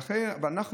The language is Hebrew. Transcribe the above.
ואנחנו